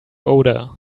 odor